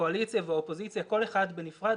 הקואליציה והאופוזיציה כל אחד בנפרד,